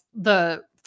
the-